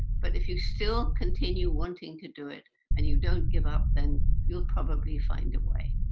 but if you still continue wanting to do it and you don't give up, then you'll probably find a way.